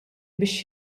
biex